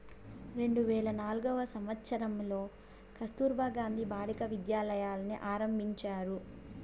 రెండు వేల నాల్గవ సంవచ్చరంలో కస్తుర్బా గాంధీ బాలికా విద్యాలయని ఆరంభించారు